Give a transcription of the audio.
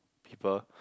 people